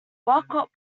walcott